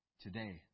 today